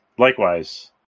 Likewise